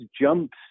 jumps